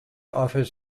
offers